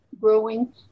growing